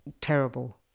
terrible